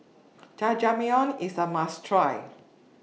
Jajangmyeon IS A must Try